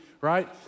right